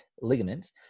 ligament